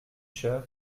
shirts